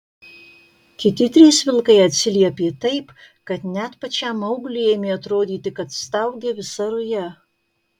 kiti trys vilkai atsiliepė taip kad net pačiam maugliui ėmė atrodyti kad staugia visa ruja